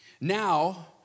Now